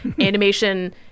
animation